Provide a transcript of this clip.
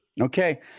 Okay